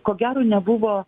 ko gero nebuvo